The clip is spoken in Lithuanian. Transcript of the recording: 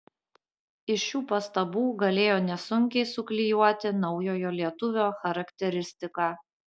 iš šių pastabų galėjo nesunkiai suklijuoti naujojo lietuvio charakteristiką